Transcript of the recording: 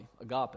agape